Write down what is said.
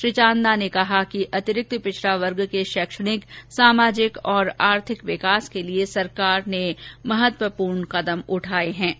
श्री चांदना ने कहा कि अति पिछड़ा वर्ग के शैक्षणिक सामाजिक और आर्थिक विकास के लिए सरकार ने कई महत्वपूर्ण कदम उठाए हें